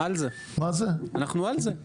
אנחנו על זה.